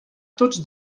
tots